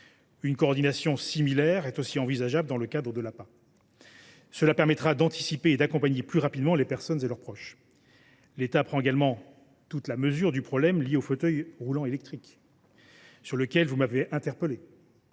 Une coordination similaire est aussi envisageable dans le cadre de l’APA. Cela permettra d’anticiper et d’accompagner plus rapidement les malades et leurs proches. L’État prend également toute la mesure du problème lié aux fauteuils roulants électriques, sur lequel vous m’avez interpellé.